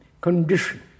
condition